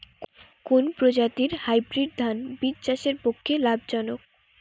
কোন প্রজাতীর হাইব্রিড ধান বীজ চাষের পক্ষে লাভজনক?